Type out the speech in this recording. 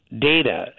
data